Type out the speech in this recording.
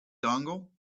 dongle